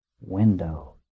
window